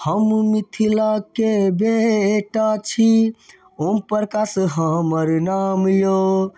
हम मिथिलाके बेटा छी ओम प्रकाश हमर नाम यौ